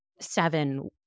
seven